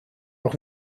auch